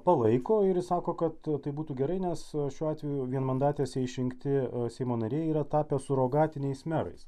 palaiko ir sako kad tai būtų gerai nes šiuo atveju vienmandatėse išrinkti seimo nariai yra tapę surogatiniais merais